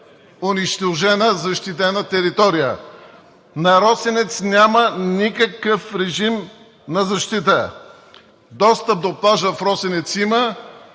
Унищожена защитена територия! На „Росенец“ няма никакъв режим на защита. Достъп до плажа в „Росенец“ има.